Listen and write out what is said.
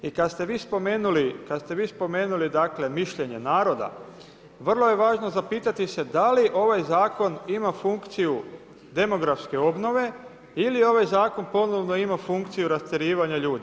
I kada ste vi spomenuli, kada ste vi spomenuli dakle mišljenje naroda vrlo je važno zapitati se da li ovaj zakon ima funkciju demografske obnove ili ovaj zakon ponovno ima funkciju rastjerivanja ljudi.